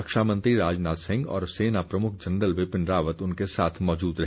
रक्षा मंत्री राजनाथ सिंह और सेना प्रमुख जनरल विपिन रावत उनके साथ मौजूद रहे